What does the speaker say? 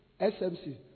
SMC